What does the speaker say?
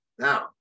Now